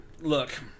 Look